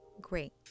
great